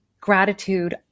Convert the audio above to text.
gratitude